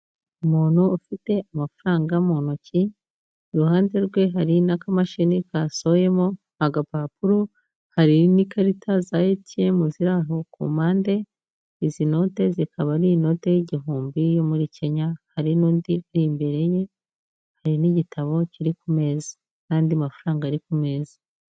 Umuntu ufite amafaranga mu ntoki, iruhande rwe hari n'akamashini kasohoyemo agapapuro, hari n'ikarita za ATM ziri aho ku mpande, izi note zikaba ari inote y'igihumbi yo muri Kenya, hari n'undi uri imbere ye, hari n'igitabo kiri ku meza n'andi mafaranga ari ku meza.